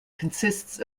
consists